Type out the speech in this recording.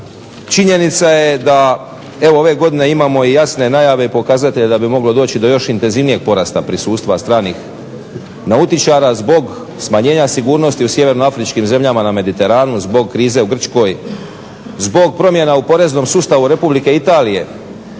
činjenica je da evo ove godine imamo i jasne najave i pokazatelje da bi moglo doći do još intenzivnijeg porasta prisustva stranih nautičara zbog smanjenja sigurnosti u sjevernoafričkim zemljama na Mediteranu zbog krize u Grčkoj. Zbog promjena u poreznom sustavu Republike Italije